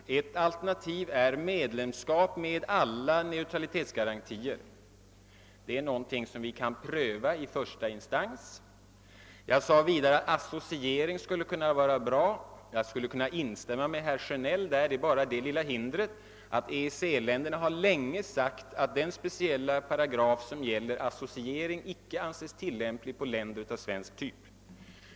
Ett alternativ är medlemskap med alla neutralitetsgarantier. Det är någonting som vi kan pröva i första instans. Jag sade vidare att associering skulle kunna vara bra. Jag skulle kunna instämma med herr Sjö nell på den punkten. Det är bara det att EEC-länderna länge sagt att den speciella paragraf som gäller associering icke kan anses tillämplig på länder av svensk typ.